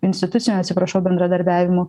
instituciniu atsiprašau bendradarbiavimu